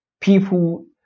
people